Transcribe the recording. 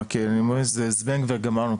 כי אני אומר זה זבנג וגמרנו,